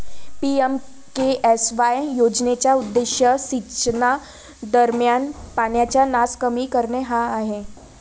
PMKSY योजनेचा उद्देश सिंचनादरम्यान पाण्याचा नास कमी करणे हा आहे